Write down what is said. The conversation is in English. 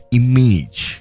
image